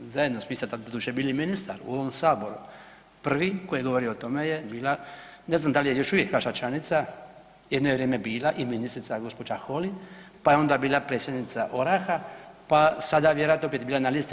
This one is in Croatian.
Zajedno, vi ste tada doduše bili ministar, u ovom Saboru prvi koji je govorio o tome je bila ne znam da li je još uvijek vaša članica, jedno vrijeme je bila i ministrica gospođa Holi, pa je onda bila predsjednica Oraha, pa sada vjerojatno je opet bila na listi.